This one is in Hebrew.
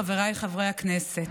חבריי חברי הכנסת,